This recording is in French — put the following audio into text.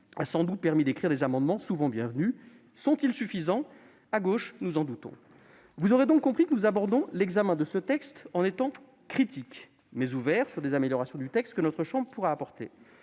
a sans doute permis d'écrire des amendements souvent bienvenus. Sont-ils suffisants ? À gauche, nous en doutons. Vous l'aurez compris, nous abordons l'examen de ce texte en étant critiques mais ouverts sur les améliorations que notre chambre pourra apporter.